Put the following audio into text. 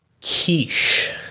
Quiche